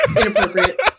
Inappropriate